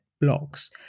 blocks